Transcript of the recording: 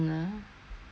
mm